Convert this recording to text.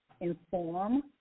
inform